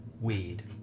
weed